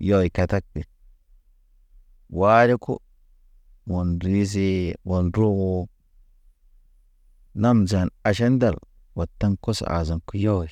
Yɔy katak be ware ko mun rizo mɔn ro, nam njan aʃal ndal. Wataŋ kɔs azaŋ ke yɔy,